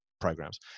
programs